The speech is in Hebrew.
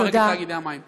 נפרק את תאגידי המים.